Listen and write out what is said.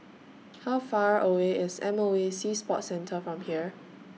How Far away IS M O E Sea Sports Centre from here